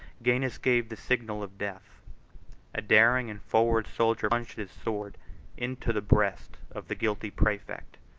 gainas gave the signal of death a daring and forward soldier plunged his sword into the breast of the guilty praefect,